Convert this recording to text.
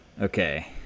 Okay